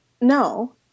no